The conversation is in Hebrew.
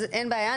אז אין בעיה.